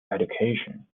education